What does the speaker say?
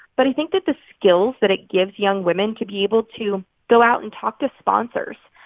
but i think that the skills that it gives young women to be able to go out and talk to sponsors,